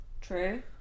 true